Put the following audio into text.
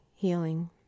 healing